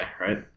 right